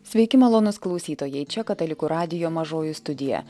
sveiki malonūs klausytojai čia katalikų radijo mažoji studija